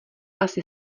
asi